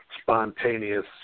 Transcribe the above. spontaneous